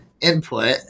input